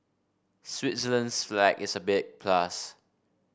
Switzerland's flag is a big plus